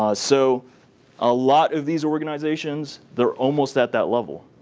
um so a lot of these organizations, they're almost at that level.